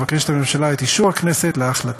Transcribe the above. מבקשת הממשלה את אישור הכנסת להחלטה.